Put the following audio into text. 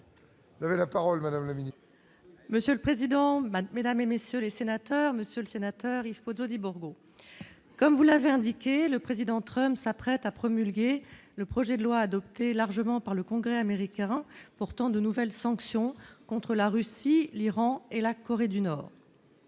Vous avez la parole madame la mine. Monsieur le président Gbagbo, mesdames et messieurs les sénateurs, monsieur le sénateur Yves Pozzo di Borgo, comme vous l'avez indiqué le président Trump s'apprête à promulguer le projet de loi adopté largement par le Congrès américain, pourtant, de nouvelles sanctions contre la Russie, l'Iran et la Corée du Nord,